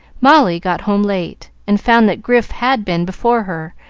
molly got home late, and found that grif had been before her,